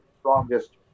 strongest